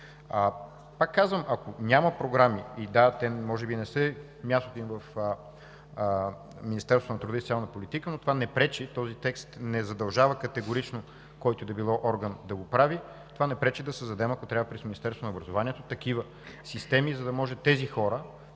Пак казвам: ако няма програми – и да, може би не е мястото им в Министерството на труда и социалната политика, този тест не задължава категорично който и да било орган да го прави, но това не пречи да създадем, ако трябва през Министерството на образованието, такива системи, за да може тези хора